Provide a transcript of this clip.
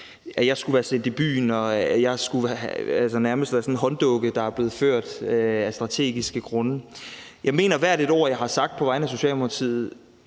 at jeg skulle være sendt i byen, og at jeg nærmest skulle være sådan en hånddukke, der er blevet ført af strategiske grunde. Jeg mener hvert et ord, jeg har sagt på vegne af Socialdemokratiet.